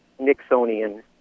Nixonian